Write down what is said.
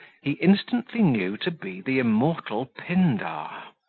he instantly knew to be the immortal pindar.